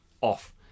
off